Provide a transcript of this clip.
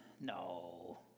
No